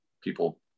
people